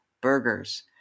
burgers